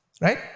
right